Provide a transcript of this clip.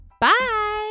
Bye